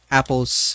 Apple's